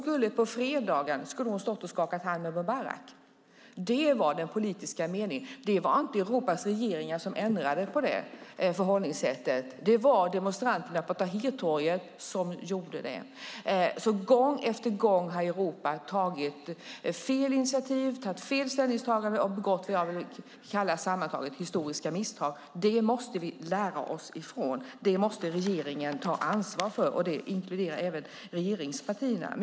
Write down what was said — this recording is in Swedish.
På fredagen skulle hon ha stått och skakat hand med Mubarak. Det var den politiska meningen. Det var inte Europas regeringar som ändrade på förhållningssättet. Det var demonstranterna på Tahrirtorget som gjorde det. Gång efter gång har Europa tagit fel initiativ och gjort fel ställningstagande och begått vad jag sammantaget vill kalla historiska misstag. Det måste vi lära oss av. Det måste regeringen ta ansvar för. Det inkluderar även regeringspartierna.